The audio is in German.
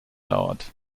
dauert